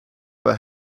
but